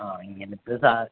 ആ ഇങ്ങനത്തെ സാ